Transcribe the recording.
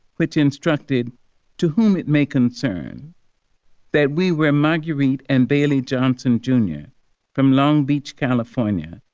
which instructed to whom it may concern that we were marguerite and bailey johnson junior from long beach, california,